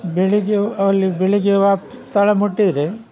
ಬೆಳಗ್ಗೆ ಅಲ್ಲಿ ಬೆಳಗ್ಗೆ ಆ ಸ್ಥಳ ಮುಟ್ಟಿದ್ದರೆ